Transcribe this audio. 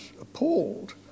appalled